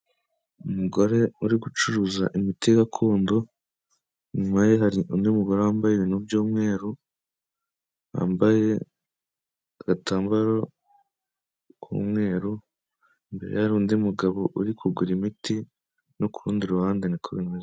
Umugore uri gucuruza imiti gakondo, inyuma ye hari undi mugore wambaye ibintu by'umweru, wambaye agatambaro k'umweru, imbere ye hari undi mugabo uri kugura imiti no ku rundi ruhande niko bimeze.